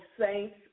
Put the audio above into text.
saints